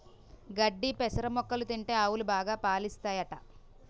గడ్డి పెసర మొక్కలు తింటే ఆవులు బాగా పాలుస్తాయట